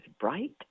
bright